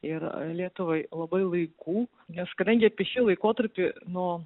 ir lietuvai labai laiku nes kadangi apie šį laikotarpį nuo